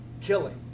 Killing